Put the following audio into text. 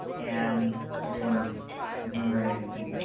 and everyone was murmuring and and